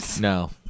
no